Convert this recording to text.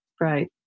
Right